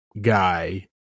guy